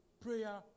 prayer